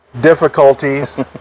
difficulties